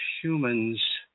humans